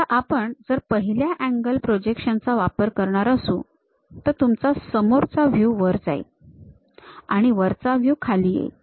आता आपण जर पहिल्या अँगल प्रोजेक्शन चा वापर करणार असू तर तुमचा समोरचा व्ह्यू वर जाईल आणि वरचा व्ह्यू खाली जाईल